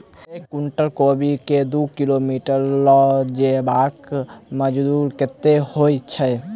एक कुनटल कोबी केँ दु किलोमीटर लऽ जेबाक मजदूरी कत्ते होइ छै?